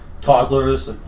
toddlers